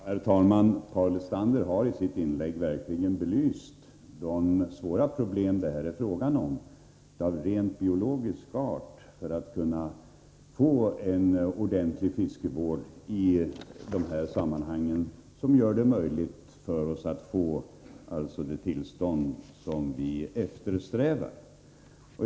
Herr talman! Paul Lestander har i sitt inlägg verkligen belyst de svåra problem av rent biologisk art som man möter när man skall försöka få till stånd en ordentlig fiskevård som gör det möjligt för oss att nå det tillstånd som vi eftersträvar.